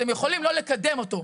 אתם יכולים לא לקדם אותו,